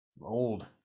Old